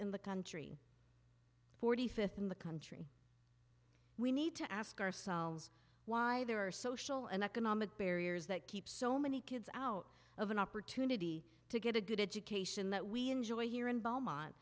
in the country th in the country we need to ask ourselves why there are social and economic barriers that keep so many kids out of an opportunity to get a good education that we enjoy here in belmont